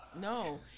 No